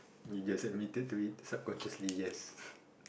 you just admitted to it subconsciously yes